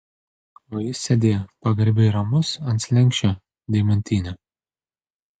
o jis sėdėjo pagarbiai ramus ant slenksčio deimantinio